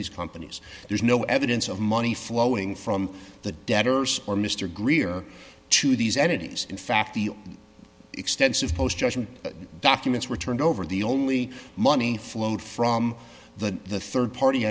these companies there's no evidence of money flowing from the debtors or mr greer to these entities in fact the extensive post documents were turned over the only money flowed from that the rd party